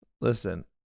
Listen